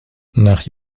nach